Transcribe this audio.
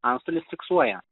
antstolis fiksuoja